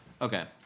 okay